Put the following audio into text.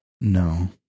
No